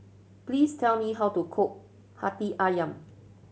please tell me how to cook Hati Ayam